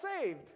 saved